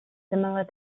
similar